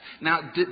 Now